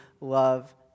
love